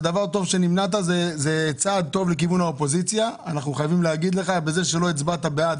זה דבר טוב שנמנעת וזה צעד טוב לכיוון האופוזיציה בזה שלא הצבעת בעד.